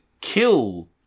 kill